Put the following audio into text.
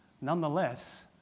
nonetheless